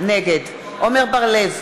נגד עמר בר-לב,